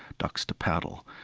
ducks to paddle,